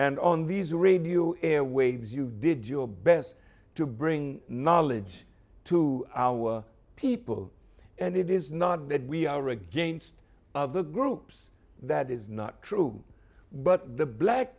on these radio airwaves you did your best to bring knowledge to our people and it is not that we are against other groups that is not true but the black